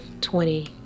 twenty